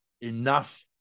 enough